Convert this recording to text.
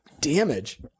damage